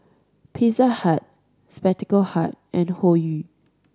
Pizza Hut Spectacle Hut and Hoyu